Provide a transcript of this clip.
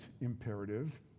imperative